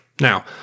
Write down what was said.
Now